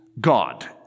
God